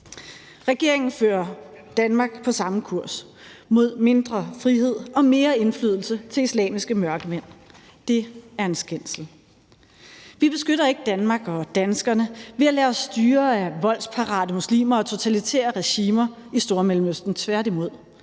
Regeringen fører Danmark på samme kurs, nemlig mod mindre frihed og mere indflydelse til islamiske mørkemænd. Det er en skændsel. Vi beskytter ikke Danmark og danskerne ved at lade os styre af voldsparate muslimer og totalitære regimer i Stormellemøsten, tværtimod.